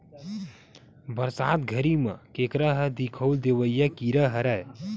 बरसात घरी म केंकरा ह दिखउल देवइया कीरा हरय